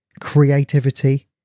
creativity